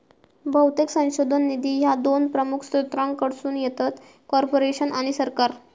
बहुतेक संशोधन निधी ह्या दोन प्रमुख स्त्रोतांकडसून येतत, कॉर्पोरेशन आणि सरकार